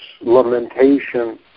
lamentation